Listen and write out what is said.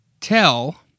tell